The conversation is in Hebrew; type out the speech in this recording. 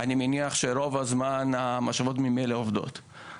אני מניח שברוב הזמן המשאבות ממילא עובדות.